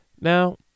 Now